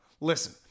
Listen